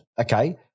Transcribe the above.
okay